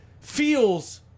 feels